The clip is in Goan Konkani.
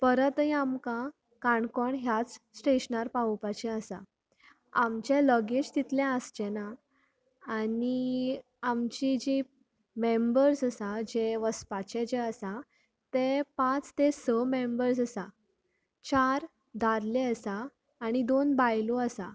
परतय आमकां काणकोण ह्याच स्टेशनार पावोवपाचे आसा आमचे लगेज तितके आसचेना आनी आमची जी मेबरस आसा जे वचपाची आसा तें पांच ते स मेंबर्स आसा चार दादले आसा आनी दोन बायलो आसा